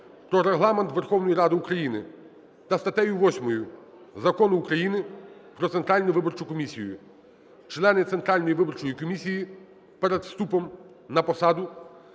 "Про Регламент Верховної Ради України" та статтею 8 Закону України "Про Центральну виборчу комісію" члени Центральної виборчої комісії перед вступом на посаду